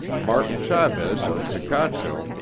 martin chavez of picacho,